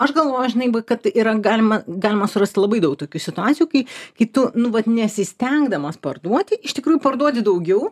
aš galvoju žinai va kad yra galima galima surast labai daug tokių situacijų kai kai tu nu vat nesistengdamas parduoti iš tikrųjų parduodi daugiau